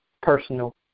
personal